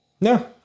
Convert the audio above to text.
no